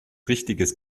richtiges